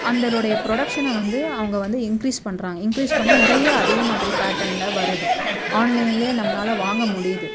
அந்தனுடைய ப்ரொடெக்ஷனை வந்து அவங்க வந்து இன்க்ரீஸ் பண்ணுறாங்க இன்க்ரீஸ் பண்ணி நிறைய அதேமாதிரி பேட்டனில் வருது ஆன்லைனிலே நம்மளால் வாங்க முடியுது